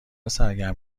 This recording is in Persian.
سرگرم